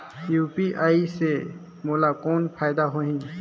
UPI से मोला कौन फायदा होही?